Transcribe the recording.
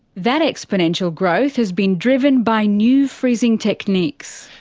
that exponential growth has been driven by new freezing techniques.